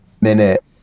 minute